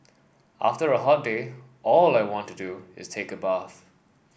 after a hot day all I want to do is take a bath